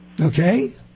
Okay